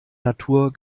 natur